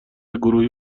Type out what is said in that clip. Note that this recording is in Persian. گروهی